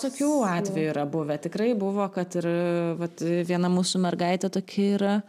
visokių atvejų yra buvę tikrai buvo kad ir vat viena mūsų mergaitė tokia yra